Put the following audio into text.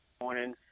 morning